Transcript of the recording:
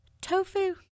tofu